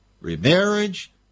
remarriage